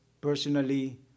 personally